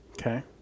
Okay